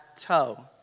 toe